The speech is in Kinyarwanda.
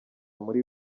muri